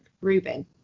Rubin